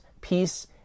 peace